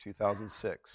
2006